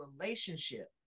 relationship